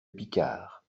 picard